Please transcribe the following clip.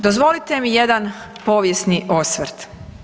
Dozvolite mi jedan povijesni osvrt.